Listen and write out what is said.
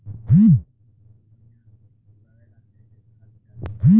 सरसों के फसल बढ़िया उगावे ला कैसन खाद डाली?